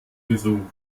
gesucht